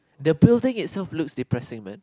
the building is some fluid depressing man